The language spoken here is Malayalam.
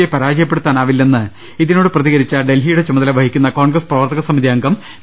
യെ പരാജയപ്പെടുത്താനാവില്ലെന്ന് ഇതി നോട് പ്രതികരിച്ച ഡൽഹിയുടെ ചുമതല വഹിക്കുന്നു കോൺഗ്രസ് പ്രവർത്തകസമിതി അംഗം പി